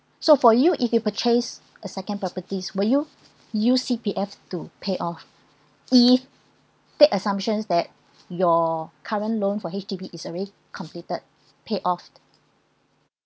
so for you if you purchase a second properties will you use C_P_F to pay off if take assumptions that your current loan for H_D_B is already completed pay offs